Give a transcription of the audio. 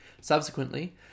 Subsequently